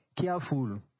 careful